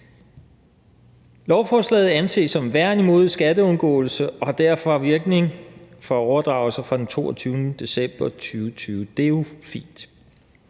Lovforslaget anses som et værn imod skatteundgåelse og har derfor virkning for overdragelser fra den 22. december 2020. Det er jo fint.